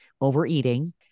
overeating